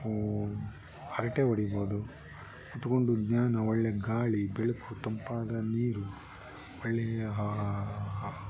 ಹರಟೆ ಹೊಡಿಬೋದು ಕೂತ್ಕೊಂಡು ಜ್ಞಾನ ಒಳ್ಳೆ ಗಾಳಿ ಬೆಳಕು ತಂಪಾದ ನೀರು ಒಳ್ಳೆಯ ಹಾ ಹಾ